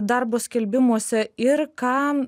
darbo skelbimuose ir ką